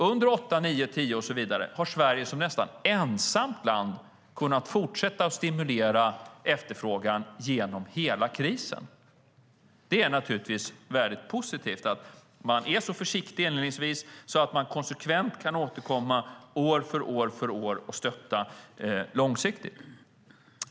Under 2008, 2009, 2010 och så vidare har Sverige som nästan ensamt land kunnat fortsätta att stimulera efterfrågan genom hela krisen. Det är naturligtvis mycket positivt att man är så försiktig inledningsvis att man konsekvent kan återkomma år för år och stötta långsiktigt.